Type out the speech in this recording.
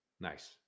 Nice